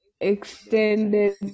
extended